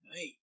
Hey